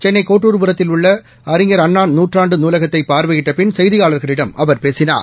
சென்னை கோட்டுர்புரத்தில் உள்ள அழிஞர் அண்ணா நுற்றாண்டு நூலகத்தை பார்வையிட்ட பின் செய்தியாளர்களிடம் அவர் பேசினார்